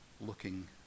looking